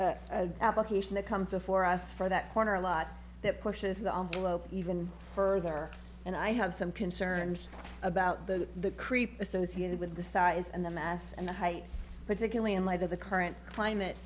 even application to come before us for that corner a lot that pushes the envelope even further and i have some concerns about the creep associated with the size and the mass and the height particularly in light of the current climate